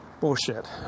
Bullshit